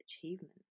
achievement